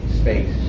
space